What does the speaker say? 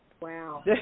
Wow